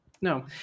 No